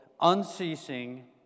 unceasing